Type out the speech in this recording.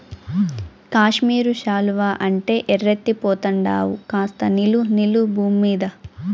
కాశ్మీరు శాలువా అంటే ఎర్రెత్తి పోతండావు కాస్త నిలు నిలు బూమ్మీద